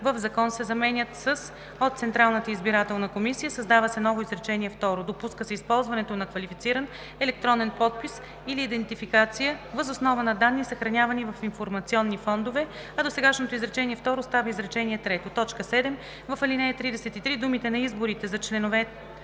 „в закон“ се заменят с „от Централната избирателна комисия“. Създава се ново изречение второ: „Допуска се използването на квалифициран електронен подпис или идентификация въз основа на данни, съхранявани в информационни фондове.“, а досегашното изречение второ става изречение трето. 7. В ал. 33 думите „на изборите за членове